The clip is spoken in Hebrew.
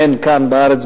הן כאן בארץ,